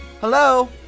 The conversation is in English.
hello